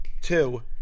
Two